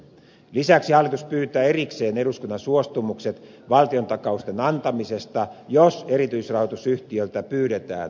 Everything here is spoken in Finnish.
lisäksi hallitus pyytää erikseen eduskunnan suostumukset valtiontakausten antamisesta jos erityisrahoitusyhtiöltä pyydetään rahoitustukea